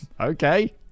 Okay